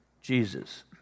Jesus